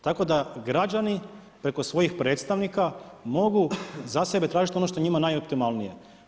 Tako da građani preko svojih predstavnika mogu za sebe tražit ono što je njima najoptimalnije.